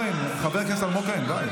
חבר הכנסת אלמוג כהן, די.